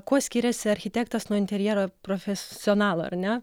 kuo skiriasi architektas nuo interjero profesionalo ar ne